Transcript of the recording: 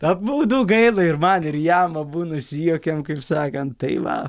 apmaudu gaila ir man ir jam abu nusijuokėm kaip sakant tai va